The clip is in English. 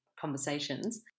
conversations